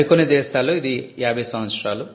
మరి కొన్ని దేశాల్లో ఇది 50 సంవత్సరాలు